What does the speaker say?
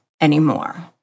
anymore